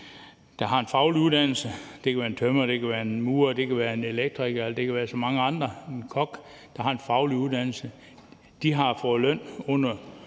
der har en faglig uddannelse – det kan være en tømrer, det kan være en murer, det kan være en elektriker, det kan være en kok, det kan være så mange andre, der har en faglig uddannelse – har fået løn under